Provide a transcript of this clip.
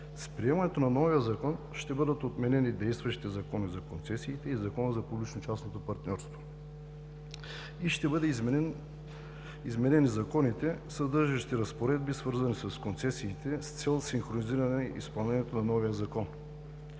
С приемането на новия Закон ще бъдат отменени действащите Закон за концесиите и Законът за публично-частното партньорство и ще бъдат изменени законите, съдържащи разпоредби, свързани с концесиите с цел синхронизиране изпълнението на новия Закон.